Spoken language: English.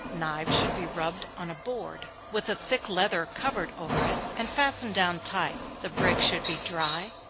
knives should be rubbed on a board, with a thick leather covered over it, and fastened down tight. the brick should be dry,